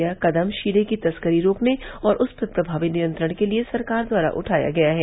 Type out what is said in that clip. यह कदम शीरे की तस्करी रोकने और उस पर प्रमावी नियंत्रण के लिए सरकार द्वारा उठाया गया है